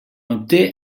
obté